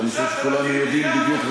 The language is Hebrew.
ואני חושב שכולנו יודעים בדיוק,